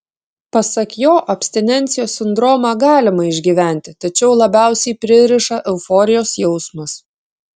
pasak jo abstinencijos sindromą galima išgyventi tačiau labiausiai pririša euforijos jausmas